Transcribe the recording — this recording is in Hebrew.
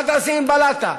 מה תעשה עם בלאטה?